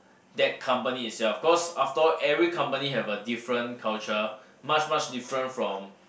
that company itself cause after all every company have a different culture much much different from